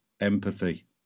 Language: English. empathy